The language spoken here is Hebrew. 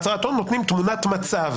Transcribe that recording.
בהצהרת הון נותנים תמונת מצב.